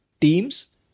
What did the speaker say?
teams